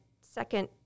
second